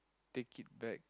take it back